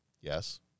Yes